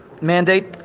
mandate